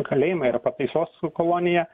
kalėjimai ar pataisos kolonija